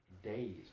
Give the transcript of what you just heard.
Days